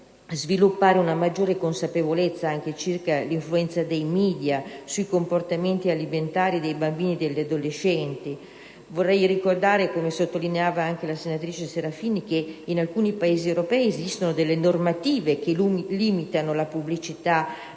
sviluppare una maggiore consapevolezza anche circa l'influenza dei *media* sui comportamenti alimentari dei bambini e degli adolescenti. Vorrei ricordare, come sottolineava anche la senatrice Serafini, che in alcuni Pesi europei esistono delle normative che limitano la pubblicità